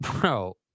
Bro